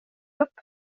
upp